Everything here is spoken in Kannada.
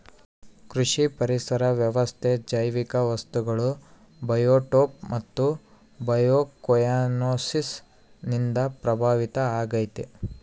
ಕೃಷಿ ಪರಿಸರ ವ್ಯವಸ್ಥೆ ಜೈವಿಕ ವಸ್ತುಗಳು ಬಯೋಟೋಪ್ ಮತ್ತು ಬಯೋಕೊಯನೋಸಿಸ್ ನಿಂದ ಪ್ರಭಾವಿತ ಆಗೈತೆ